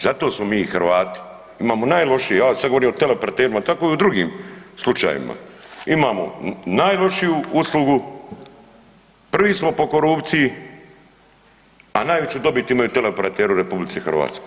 Zato smo mi Hrvati, imamo najlošije, ja sad govorim o teleoperaterima, tako je i u drugim slučajevima, imamo najlošiju uslugu, prvi smo po korupciji, a najveću dobit imaju teleoperateri u RH.